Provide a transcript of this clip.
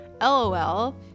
LOL